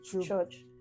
church